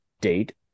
date